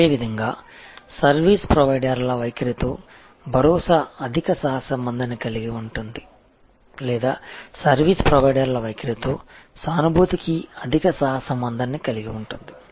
అదేవిధంగా సర్వీస్ ప్రొవైడర్ల వైఖరితో భరోసా అధిక సహసంబంధాన్ని కలిగి ఉంటుంది లేదా సర్వీస్ ప్రొవైడర్ల వైఖరితో సానుభూతి కి అధిక సహసంబంధాన్ని కలిగి ఉంటుంది